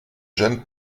gêne